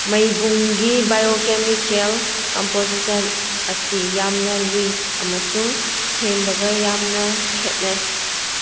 ꯃꯩꯕꯨꯡꯒꯤ biochemical composition ꯑꯁꯤ ꯌꯥꯝꯅ ꯂꯨꯏ ꯑꯃꯁꯨꯡ ꯁꯦꯝꯕꯒ ꯌꯥꯝꯅ ꯈꯦꯅꯩ